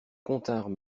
continrent